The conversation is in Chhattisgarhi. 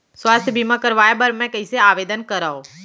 स्वास्थ्य बीमा करवाय बर मैं कइसे आवेदन करव?